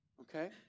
Okay